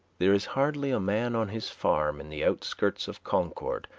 there is hardly a man on his farm in the outskirts of concord,